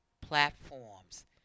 platforms